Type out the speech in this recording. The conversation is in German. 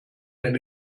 den